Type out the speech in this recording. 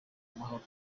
amahoro